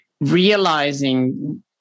realizing